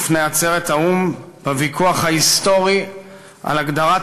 בפני עצרת האו"ם בוויכוח ההיסטורי על הגדרת